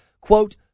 quote